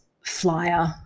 flyer